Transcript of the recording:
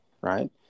right